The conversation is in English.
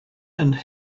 and